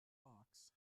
fox